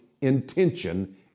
intention